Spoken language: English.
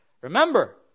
Remember